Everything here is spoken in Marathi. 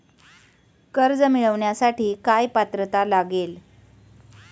कर्ज मिळवण्यासाठी काय पात्रता लागेल?